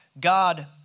God